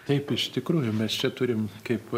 taip iš tikrųjų mes čia turim kaip